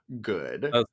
good